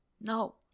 no